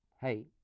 Hey